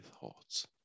thoughts